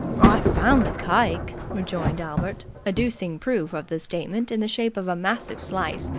i've found the kike, rejoined albert, adducing proof of the statement in the shape of a massive slice,